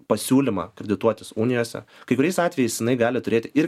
pasiūlymą kredituotis unijose kai kuriais atvejais jinai gali turėti ir